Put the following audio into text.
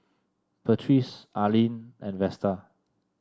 Patrice Arline and Vesta